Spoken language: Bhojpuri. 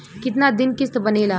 कितना दिन किस्त बनेला?